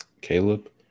Caleb